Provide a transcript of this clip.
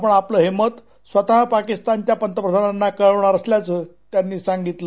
आपण आपलं हे मत स्वतः पाकीस्तानच्या पंतप्रधानांना कळवणार असल्याचं त्यांनी सांगितलं